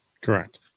Correct